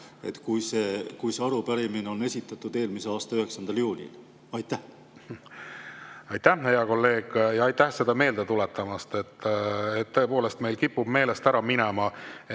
kuigi see arupärimine esitati eelmise aasta [19.] juunil. Aitäh, hea kolleeg, ja aitäh seda meelde tuletamast! Tõepoolest, meil kipub meelest ära minema,